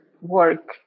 work